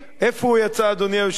איפה הוא יצא, אדוני היושב-ראש?